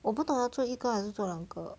我不懂要做一个还是做两个